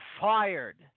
fired